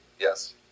Yes